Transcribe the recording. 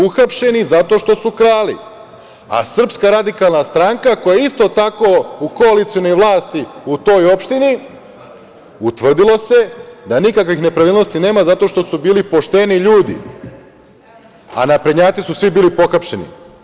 Uhapšeni zato što su krali, a SRS koja je isto tako u koalicionoj vlasti u toj opštini, utvrdilo se da nikakvih nepravilnosti nema zato što su bili pošteni ljudi, a naprednjaci su svi bili pohapšeni.